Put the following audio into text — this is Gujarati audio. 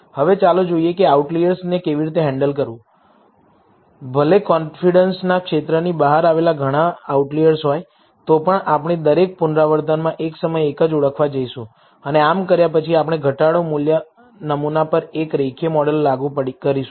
હવે ચાલો જોઈએ કે આ આઉટલિઅર્સને કેવી રીતે હેન્ડલ કરવું ભલે કોન્ફિડન્સના ક્ષેત્રની બહાર આવેલા ઘણાં આઉટલીઅર્સ હોય તો પણ આપણે દરેક પુનરાવર્તનમાં એક સમયે એક જ ઓળખવા જઈશું અને આમ કર્યા પછી આપણે ઘટાડો નમૂના પર એક રેખીય મોડેલ લાગુ કરીશું